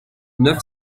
neuf